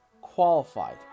qualified